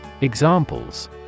Examples